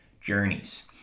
journeys